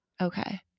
Okay